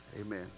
Amen